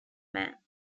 man